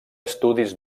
estudis